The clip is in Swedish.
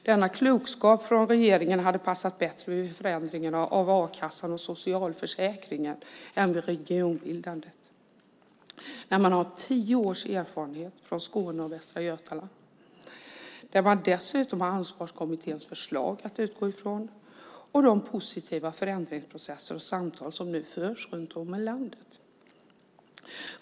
Denna klokskap från regeringen hade passat bättre vid förändringen av a-kassan och socialförsäkringen än vid regionbildandet när man har tio års erfarenhet från Skåne och Västra Götaland och dessutom har Ansvarskommitténs förslag att utgå från och de positiva förändringsprocesser och samtal som nu förs runt om i landet.